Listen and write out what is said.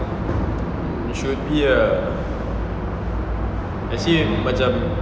should be lah actually macam